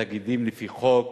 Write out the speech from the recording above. בתאגידים לפי חוק